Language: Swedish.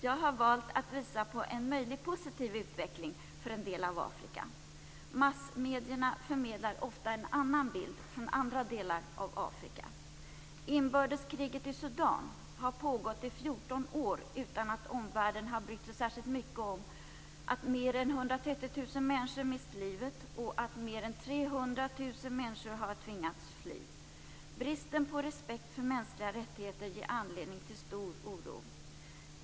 Jag har valt att visa på en möjlig positiv utveckling för en del av Afrika. Massmedierna förmedlar ofta en annan bild från andra delar av Afrika. Inbördeskriget i Sudan har pågått i 14 år utan att omvärlden har brytt sig särskilt mycket om att mer än 130 000 människor mist livet och att mer än 300 000 människor har tvingats fly. Bristen på respekt för mänskliga rättigheter ger anledning till stor oro.